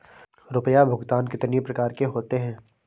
रुपया भुगतान कितनी प्रकार के होते हैं?